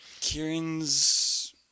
Kieran's